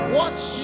watch